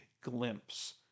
glimpse